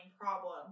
problem